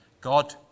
God